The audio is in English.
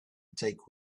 take